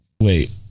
wait